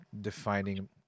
defining